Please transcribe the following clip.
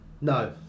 no